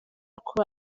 kuba